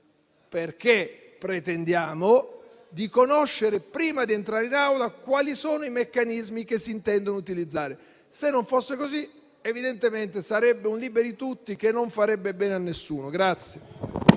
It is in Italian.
perché pretendiamo di conoscere prima di entrare in Aula quali sono i meccanismi che si intendono utilizzare. Se non fosse così, evidentemente sarebbe un "liberi tutti" che non farebbe bene a nessuno.